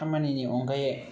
खामाननि अनगायै